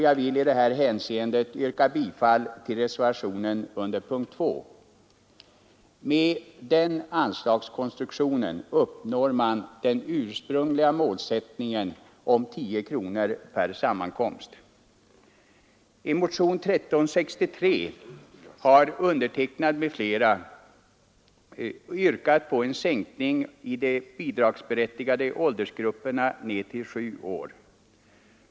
Jag vill i detta hänseende yrka bifall till reservationen 1 vid punkten 2. Med den anslagskonstruktionen uppnår man den ursprungliga målsättningen, 10 kronor per sammankomst. I motionen 1363 har jag tillsammans med ett par andra ledamöter yrkat på en sänkning av den nedre åldersgränsen för de bidragsberättigade grupperna till 7 år.